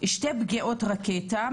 שתי פגיעות רקטה,